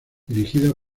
dirigida